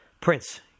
Prince